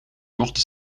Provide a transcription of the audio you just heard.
mochten